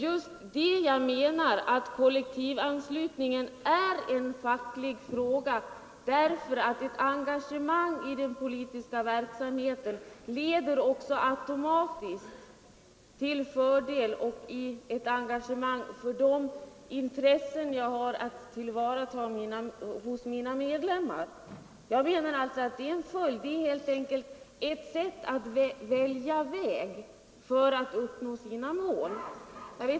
Jag menar just att kollektivanslutningen är en facklig fråga. Ett engagemang i den politiska verksamheten leder automatiskt till fördel och engagemang för de intressen jag har att tillvarata hos mina medlemmar. Jag menar alltså att det är ett sätt att välja väg för att uppnå sina mål.